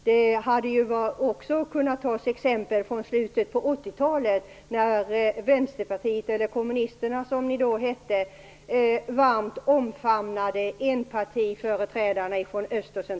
Det hade också kunnat tas exempel från slutet av 80-talet, när Vänsterpartiet eller Vänsterpartiet kommunisterna som ni då hette varmt omfamnade enpartiföreträdare från